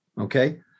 okay